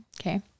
Okay